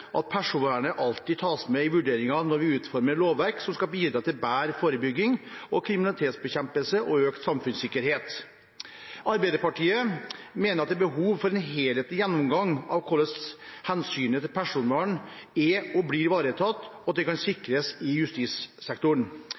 at personvernet alltid tas med i vurderingen når vi utformer lovverk som skal bidra til bedre forebygging, kriminalitetsbekjempelse og økt samfunnssikkerhet. Arbeiderpartiet mener at det er behov for en helhetlig gjennomgang av hvorledes hensynet til personvernet er og blir ivaretatt, og at det kan sikres i justissektoren.